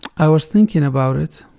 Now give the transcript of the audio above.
i was thinking about it.